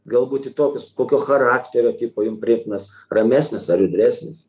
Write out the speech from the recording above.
galbūt ir tokius kokio charakterio tipo jum priimtinas ramesnis ar judresnis